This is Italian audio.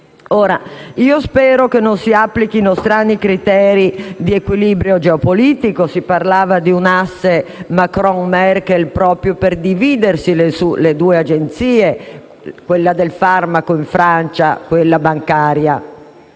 Spero che non si applichino strani criteri di equilibrio geopolitico: si parlava di un asse Macron-Merkel per dividersi le due Agenzie: quella del farmaco in Francia e quella bancaria